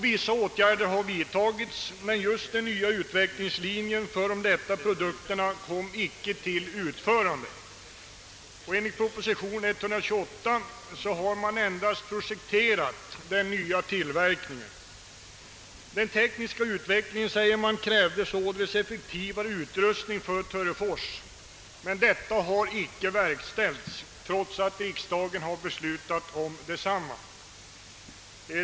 Vissa åtgärder har vidtagits, men den nya utvecklingslinjen för de lätta produkterna fullföljdes aldrig. Enligt proposition nr 128 har man endast projekterat den nya tillverkningen. Den tekniska utvecklingen, säger man, krävde effektivare utrustning för Törefors men denna har icke levererats, trots att riksdagen beslutat därom.